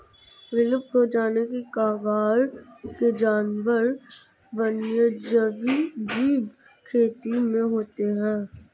विलुप्त हो जाने की कगार के जानवर वन्यजीव खेती में होते हैं